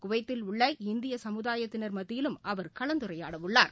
குவைத்தில் உள்ள இந்தியசமுதாயத்தினர் மத்தியிலும் அவர் கலந்துரையாடவுள்ளார்